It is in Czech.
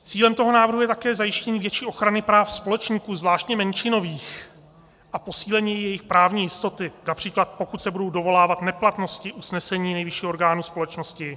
Cílem návrhu je také zajištění větší ochrany práv společníků, zvláště menšinových, a posílení jejich právní jistoty, například pokud se budou dovolávat neplatnosti usnesení nejvyšších orgánů společnosti.